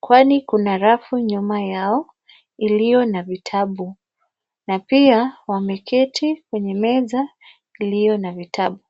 kwani kuna rafu nyuma yao iliyo na vitabu na pia wameketi kwenye meza iliyo na vitabu.